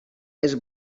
els